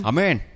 Amen